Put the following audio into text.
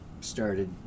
started